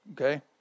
Okay